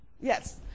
Yes